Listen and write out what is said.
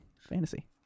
Fantasy